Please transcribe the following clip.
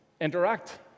interact